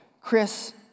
Chris